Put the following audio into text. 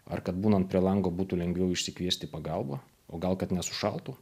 ar kad būnant prie lango būtų lengviau išsikviesti pagalbą o gal kad nesušaltų